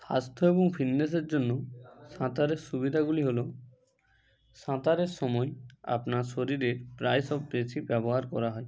স্বাস্থ্য এবং ফিটনেসের জন্য সাঁতারের সুবিধাগুলি হলো সাঁতারের সময় আপনার শরীরের প্রায় সব পেশী ব্যবহার করা হয়